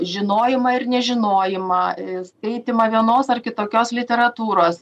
žinojimą ir nežinojimą skaitymą vienos ar kitokios literatūros